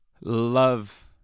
love